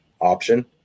option